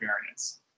variance